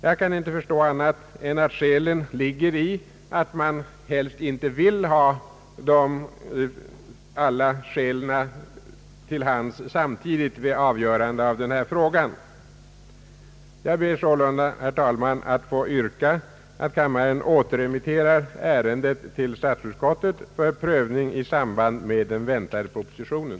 Jag kan inte förstå annat än att skälet ligger i att man helst inte vill ha alla argument till hands samtidigt vid avgörande av denna fråga. Jag ber sålunda, herr talman, att få yrka att kammaren återremitterar ärendet till statsutskottet för prövning i samband med den väntade propositionen.